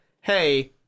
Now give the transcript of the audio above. hey